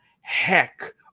heck